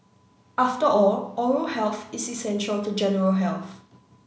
after all oral health is essential to general health